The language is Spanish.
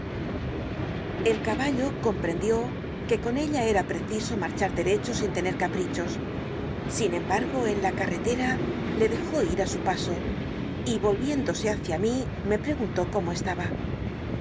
el cilball o comprendió que con ella cm ptcciso m ll'char detecbo sin tenet caprichos sin embargo en la cal'l'eleta le dejó ir á su paso y volviéndose hácia mi me preguntó cómo estaba